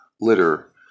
litter